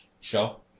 show